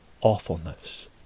awfulness